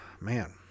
Man